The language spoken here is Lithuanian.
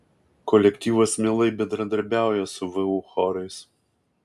kolektyvas mielai bendradarbiauja su vu chorais